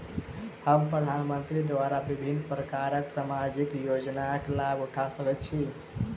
हम प्रधानमंत्री द्वारा विभिन्न प्रकारक सामाजिक योजनाक लाभ उठा सकै छी?